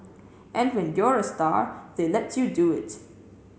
and when you're a star they let you do it